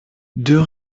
deux